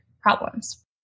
problems